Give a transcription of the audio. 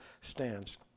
stands